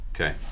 Okay